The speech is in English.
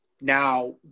Now